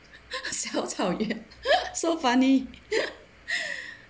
小草原 so funny